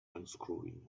unscrewing